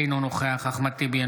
אינו נוכח אחמד טיבי,